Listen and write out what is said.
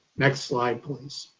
next slide please.